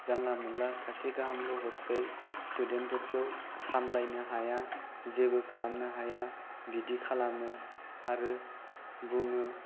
जानला मानला सासे गाहामल' हरसै स्टुडेन्टफोरखौ सामलायनो हाया जेबो खालामनो हाया बिदि खालामो आरो बुङो